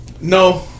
No